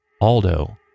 Aldo